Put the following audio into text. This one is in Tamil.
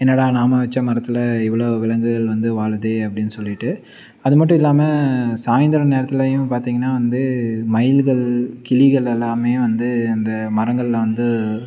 என்னடா நாம வச்ச மரத்தில் இவ்வளோ விலங்குகள் வந்து வாழுது அப்படின்னு சொல்லிவிட்டு அது மட்டும் இல்லாமல் சாய்ந்தரம் நேரத்திலையும் பார்த்திங்கனா வந்து மயில்கள் கிளிகள் எல்லாம் வந்து அந்த மரங்களில் வந்து